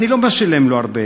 אני לא משלם לו הרבה,